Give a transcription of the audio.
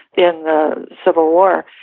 in the civil war.